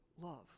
love